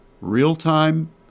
real-time